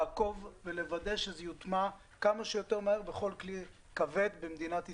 לעקוב ולוודא שזה יוטמע כמה שיותר מהר בכל כלי כבד במדינת ישראל.